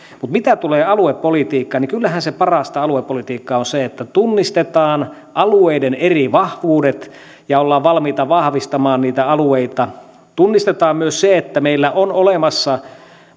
mutta mitä tulee aluepolitiikkaan niin kyllähän parasta aluepolitiikkaa on se että tunnistetaan alueiden eri vahvuudet ja ollaan valmiita vahvistamaan niitä alueita tunnistetaan myös se että meillä on olemassa